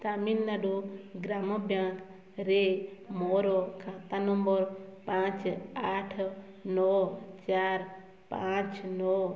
ତାମିଲନାଡ଼ୁ ଗ୍ରାମ ବ୍ୟାଙ୍କରେ ମୋର ଖାତା ନମ୍ବର୍ ପାଞ୍ଚ ଆଠ ନଅ ଚାର ପାଞ୍ଚ ନଅ